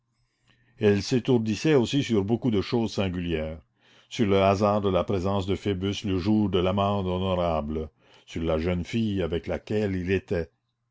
elle s'étourdissait aussi sur beaucoup de choses singulières sur le hasard de la présence de phoebus le jour de l'amende honorable sur la jeune fille avec laquelle il était